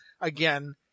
again